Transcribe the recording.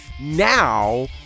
now